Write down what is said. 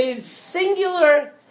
singular